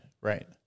Right